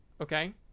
Okay